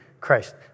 Christ